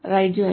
right join